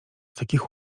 takich